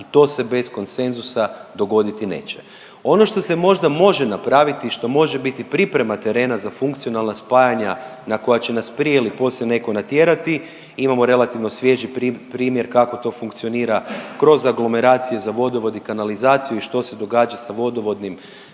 i to se bez konsenzusa dogoditi neće. Ono što se možda može napraviti, što može biti priprema terena za funkcionalna spajanja na koja će nas prije ili poslije netko natjerati imamo relativno svježi primjer kako to funkcionira kroz aglomeracije za vodovod i kanalizaciju i što se događa sa vodovodnim